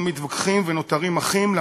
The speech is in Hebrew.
שבו מתווכחים ונותרים אחים,